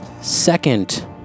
second